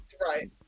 right